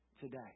today